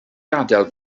gadael